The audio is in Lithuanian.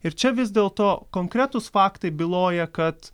ir čia vis dėlto konkretūs faktai byloja kad